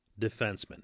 defenseman